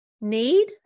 need